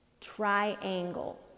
triangle